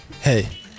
Hey